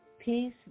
peace